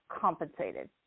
compensated